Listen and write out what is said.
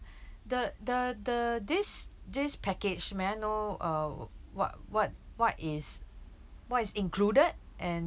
the the the this this package may I know uh what what what is what is included and